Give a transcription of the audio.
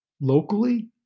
locally